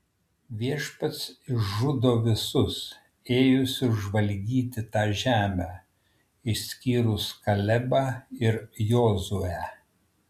viešpats išžudo visus ėjusius žvalgyti tą žemę išskyrus kalebą ir jozuę